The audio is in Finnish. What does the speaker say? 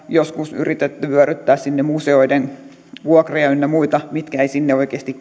joskus yritetty vyöryttää sinne museoiden vuokria ynnä muita mitkä eivät sinne oikeasti